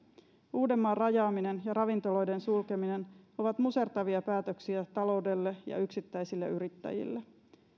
uudenmaan rajaaminen ja ravintoloiden sulkeminen ovat musertavia päätöksiä taloudelle ja yksittäisille yrittäjille